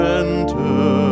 enter